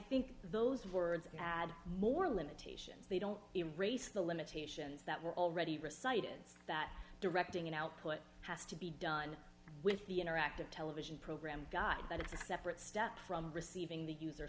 think those words add more limitations they don't embrace the limitations that were already recited so that directing an output has to be done with the interactive television program guide that it's a separate step from receiving the user